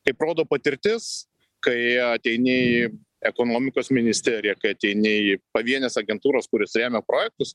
kaip rodo patirtis kai ateini į ekonomikos ministeriją kai ateini į pavienes agentūras kurios remia projektus